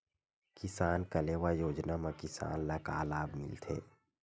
किसान कलेवा योजना म किसान ल का लाभ मिलथे?